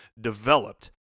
developed